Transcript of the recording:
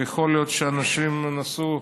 ויכול להיות שאנשים נסעו